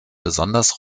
besonders